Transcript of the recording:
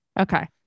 Okay